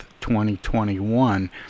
2021